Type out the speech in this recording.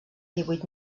divuit